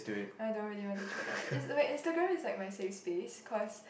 I don't really want to check out is wait Instagram is like my safe space cause